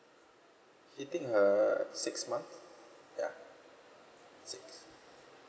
I think uh six months ya six